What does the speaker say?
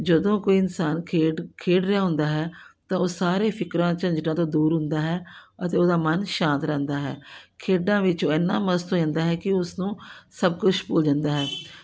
ਜਦੋਂ ਕੋਈ ਇਨਸਾਨ ਖੇਡ ਖੇਡ ਰਿਹਾ ਹੁੰਦਾ ਹੈ ਤਾਂ ਉਹ ਸਾਰੇ ਫਿਕਰਾਂ ਝੰਜਟਾਂ ਤੋਂ ਦੂਰ ਹੁੰਦਾ ਹੈ ਅਤੇ ਉਹਦਾ ਮਨ ਸ਼ਾਂਤ ਰਹਿੰਦਾ ਹੈ ਖੇਡਾਂ ਵਿੱਚ ਉਹ ਇੰਨਾ ਮਸਤ ਹੋ ਜਾਂਦਾ ਹੈ ਕਿ ਉਸਨੂੰ ਸਭ ਕੁਛ ਭੁੱਲ ਜਾਂਦਾ ਹੈ